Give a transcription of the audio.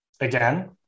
again